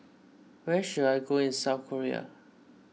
where should I go in South Korea